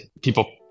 people